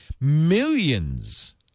millions